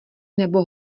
nebo